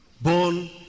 born